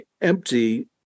empty